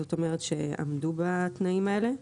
זאת אומרת שעמדו בתנאים האלה.